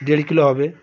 দেড় কিলো হবে